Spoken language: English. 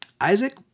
Isaac